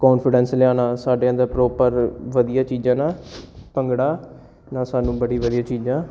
confidence ਲਿਆਉਣਾ ਸਾਡੇ ਅੰਦਰ ਪ੍ਰੋਪਰ ਵਧੀਆ ਚੀਜ਼ਾਂ ਨਾਲ ਭੰਗੜਾ ਨਾਲ ਸਾਨੂੰ ਬੜੀ ਵਧੀਆ ਚੀਜ਼ਾਂ